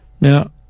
Now